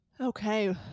Okay